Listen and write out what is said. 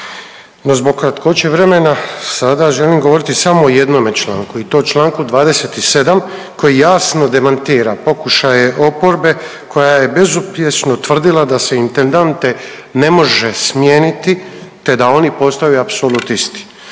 zbog kratkoće vremena sada želim govoriti samo o jednome članku i to čl. 27. koji jasno demantira pokušaje oporbe koja je bezuspješno tvrdila da se intendante ne može smijeniti te da oni postaju apsolutisti.